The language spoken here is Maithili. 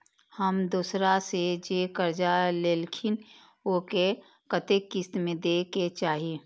हम दोसरा से जे कर्जा लेलखिन वे के कतेक किस्त में दे के चाही?